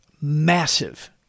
Massive